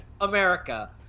America